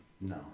No